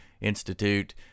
Institute